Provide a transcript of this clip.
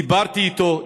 דיברתי איתו,